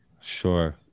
Sure